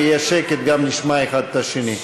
אם יהיה שקט, גם נשמע אחד את השני.